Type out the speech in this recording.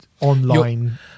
online